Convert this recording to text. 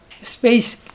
space